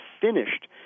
finished